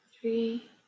three